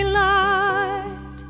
light